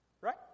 right